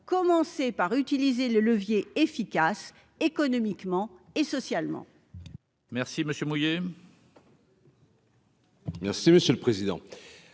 commencer par utiliser le levier efficace économiquement et socialement.